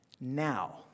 Now